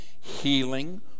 healing